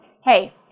Hey